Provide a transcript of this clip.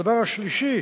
הדבר השלישי